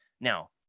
Now